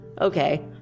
okay